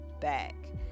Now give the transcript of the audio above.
back